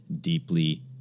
deeply